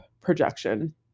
projection